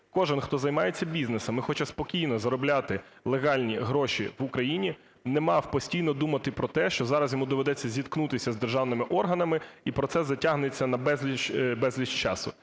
кожний, хто займається бізнесом і хоче спокійно заробляти легальні гроші в Україні, не мав постійно думати про те, що зараз йому доведеться зіткнутися з державними органами, і процес затягнеться на безліч-безліч